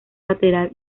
lateral